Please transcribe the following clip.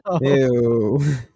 Ew